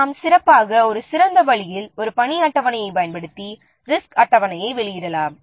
நாம் சிறப்பாக ஒரு சிறந்த வழியில் ஒரு பணி அட்டவணையைப் பயன்படுத்தி ரிசோர்ஸ் அட்டவணையை வெளியிடலாம்